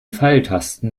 pfeiltasten